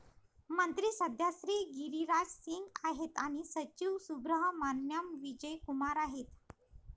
मंत्री सध्या श्री गिरिराज सिंग आहेत आणि सचिव सुब्रहमान्याम विजय कुमार आहेत